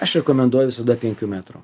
aš rekomenduoju visada penkių metrų